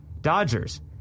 Dodgers